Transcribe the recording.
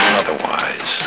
otherwise